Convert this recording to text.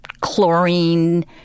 chlorine